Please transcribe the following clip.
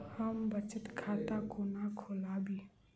हम बचत खाता कोना खोलाबी?